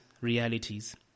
realities